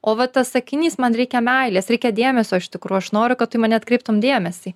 o va tas sakinys man reikia meilės reikia dėmesio iš tikro aš noriu kad tu į mane atkreiptum dėmesį